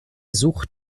sucht